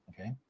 Okay